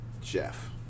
Jeff